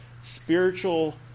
spiritual